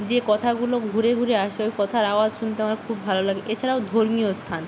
যে কথাগুলো ঘুরে ঘুরে আসে ওই কথার আওয়াজ শুনতে আমার খুব ভালো লাগে এছাড়াও ধর্মীয় স্থান